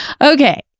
Okay